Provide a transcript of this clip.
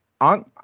on